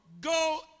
go